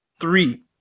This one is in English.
three